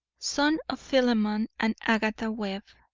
son of philemon and agatha webb,